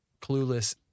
clueless